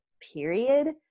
period